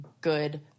good